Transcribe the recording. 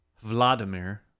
Vladimir